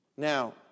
Now